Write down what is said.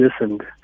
listened